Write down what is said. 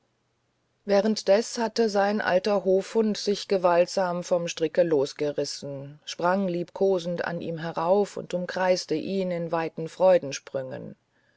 währenddes hatte sein alter hofhund sich gewaltsam vom stricke losgerissen sprang liebkosend an ihm herauf und umkreiste ihn in weiten